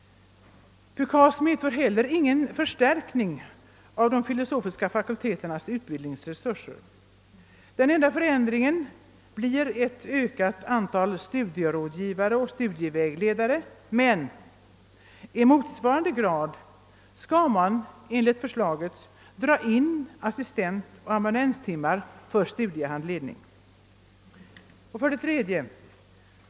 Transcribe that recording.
PUKAS medför heller ingen förstärkning av de filosofiska fakulteternas utbildningsresurser. Den enda förändringen blir ett ökat antal studierådgivare och studievägledare, men i motsvarande grad skall man enligt förslaget dra in assistentoch amanuenstimmar för studiehandledning. 3.